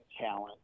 talent